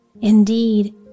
Indeed